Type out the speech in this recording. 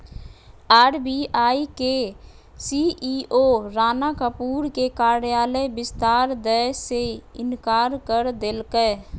RBI के CEO Rana Kapoor के कार्यकाल विस्तार दय से इंकार कर देलकय